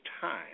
time